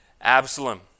Absalom